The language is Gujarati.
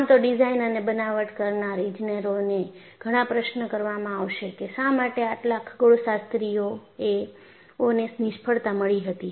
આમ તો ડિઝાઇન અને બનાવટ કરનાર ઇજનેરોને ઘણા પ્રશ્ન કરવામાં આવશે કે શા માટે આટલા ખગોળશાસ્ત્રીયઓને નિષ્ફળતા મળી હતી